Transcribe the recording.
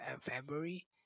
February